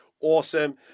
Awesome